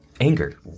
anger